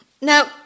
Now